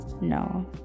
No